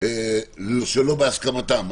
שלא בהסכמתם?